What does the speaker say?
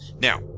Now